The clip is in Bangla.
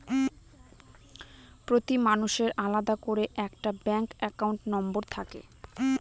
প্রতি মানুষের আলাদা করে একটা ব্যাঙ্ক একাউন্ট নম্বর থাকে